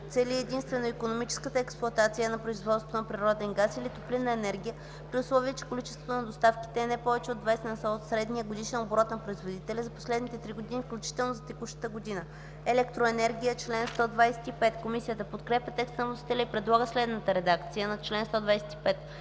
цели единствено икономическата експлоатация на производството на природен газ или топлинна енергия, при условие че количеството на доставките е не повече от 20 на сто от средния годишен оборот на производителя за последните три години, включително за текущата година.” „Електроенергия” – чл. 125. Комисията подкрепя по принцип текста на вносителя и предлага следната редакция на чл. 125: